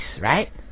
right